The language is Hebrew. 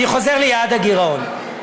אני חוזר ליעד הגירעון.